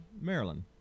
Maryland